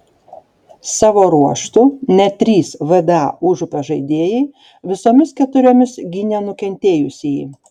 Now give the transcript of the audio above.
savo ruožtu net trys vda užupio žaidėjai visomis keturiomis gynė nukentėjusįjį